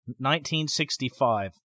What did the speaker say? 1965